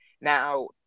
Now